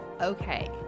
okay